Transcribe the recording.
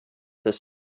des